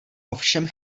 ovšem